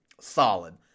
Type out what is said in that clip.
solid